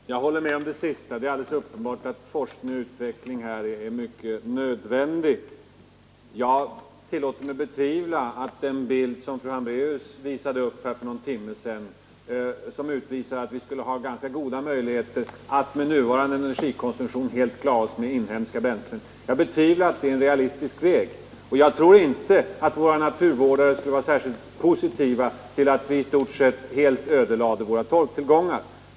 Herr talman! Jag håller med om det sista. Det är alldeles uppenbart att forskning och utveckling här är nödvändiga. Jag tillåter mig betvivla att den bild som fru Hambraeus visade upp här för någon timme sedan var riktig, att vi skulle ha goda möjligheter att med nuvarande energikonsumtion helt klara oss med inhemska bränslen. Jag betvivlar att det är en realistisk väg. Jag tror inte heller att våra naturvårdare skulle vara särskilt positiva till att vi i stort sett helt exploaterade våra torvtillgångar.